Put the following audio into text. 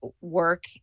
work